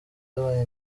abaye